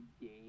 game